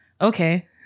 okay